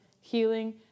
healing